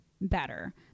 better